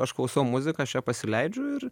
aš klausau muziką aš ją pasileidžiu ir